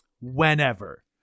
whenever